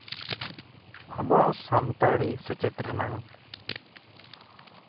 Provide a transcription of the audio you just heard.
ᱟᱵᱚᱣᱟᱜ ᱥᱟᱱᱛᱟᱲᱤ ᱥᱮᱪᱮᱫ ᱨᱮᱱᱟᱝ